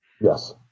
yes